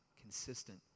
consistent